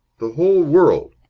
the whole world!